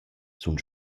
sun